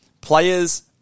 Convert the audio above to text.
players